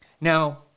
Now